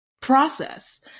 process